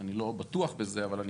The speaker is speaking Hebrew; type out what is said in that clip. אני לא בטוח בזה אבל אני